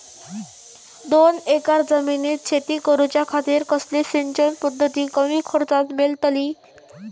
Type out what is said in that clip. दोन एकर जमिनीत शेती करूच्या खातीर कसली सिंचन पध्दत कमी खर्चात मेलतली?